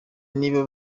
niba